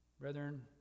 Brethren